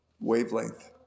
wavelength